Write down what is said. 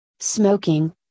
smoking